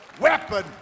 weapon